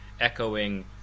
echoing